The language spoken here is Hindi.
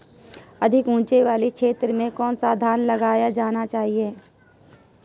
अधिक उँचाई वाले क्षेत्रों में कौन सा धान लगाया जाना चाहिए?